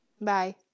Bye